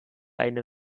eine